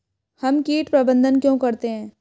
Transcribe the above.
हम कीट प्रबंधन क्यों करते हैं?